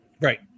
right